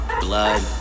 blood